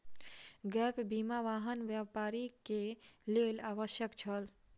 gap बीमा, वाहन व्यापारी के लेल आवश्यक छल